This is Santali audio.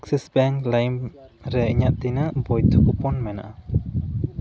ᱮᱠᱥᱤᱥ ᱵᱮᱝᱠ ᱞᱟᱭᱤᱢ ᱨᱮ ᱤᱧᱟᱹᱜ ᱛᱤᱱᱟᱹᱜ ᱵᱳᱹᱫᱷᱚ ᱠᱩᱯᱚᱱ ᱢᱮᱱᱟᱜᱼᱟ